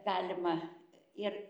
galima ir